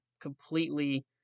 completely